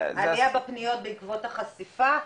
עלייה בפניות בעקבות החשיפה,